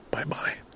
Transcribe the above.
Bye-bye